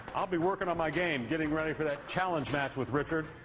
i'll be working on my game getting ready for that challenge match with richard.